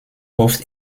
oft